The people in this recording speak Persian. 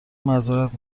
معذرت